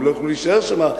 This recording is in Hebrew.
הם לא יוכלו להישאר שם,